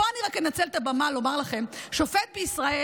פה אני רק אנצל את הבמה לומר לכם: שופט בישראל,